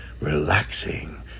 relaxing